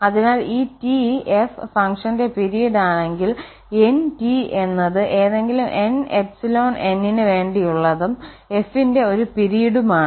അതിനാൽ ഈ T f ഫംഗ്ഷന്റെ പിരീഡ് ആണെങ്കിൽ nT എന്നത് ഏതെങ്കിലും n ∈ N ന് വേണ്ടിയുള്ളതും f ന്റെ ഒരു പിരീഡുമാണ്